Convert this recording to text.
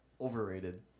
overrated